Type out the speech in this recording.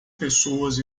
pessoas